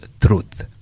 truth